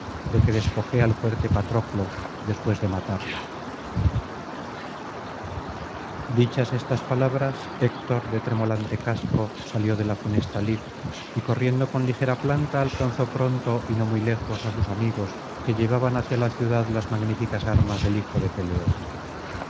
de que despojé al fuerte patroclo después de matarle dichas estas palabras héctor de tremolante casco salió de la funesta lid y corriendo con ligera planta alcanzó pronto y no muy lejos á sus amigos que llevaban hacia la ciudad las magnífieas armas del hijo de peleo